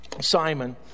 Simon